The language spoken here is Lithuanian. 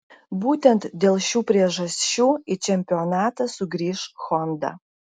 būtent dėl šių priežasčių į čempionatą sugrįš honda